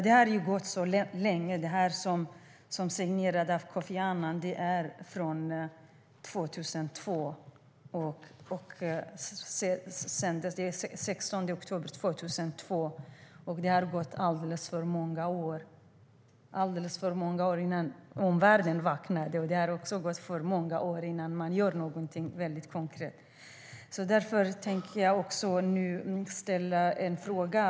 Det dokument som signerades av Kofi Annan sändes den 16 oktober 2002. Det gick alldeles för många år innan omvärlden vaknade, och det har gått för många år innan man gjort någonting verkligt konkret. Nu på slutet vill jag ställa en fråga.